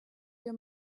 your